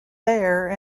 there